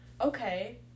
okay